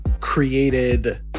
created